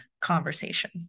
conversation